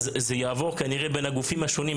כנראה שזה יעבור בין הגופים השונים,